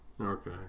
okay